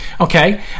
Okay